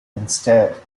instead